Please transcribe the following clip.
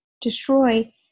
destroy